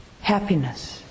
happiness